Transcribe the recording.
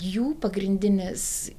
jų pagrindinis